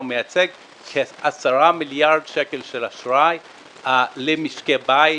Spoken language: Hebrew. מייצג כ-10 מיליארד שקל של אשראי למשקי בית,